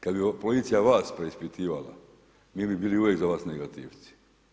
Kada bi policija vas preispitivala mi bi bili uvijek za vas negativci.